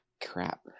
crap